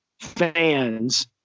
fans